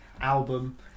album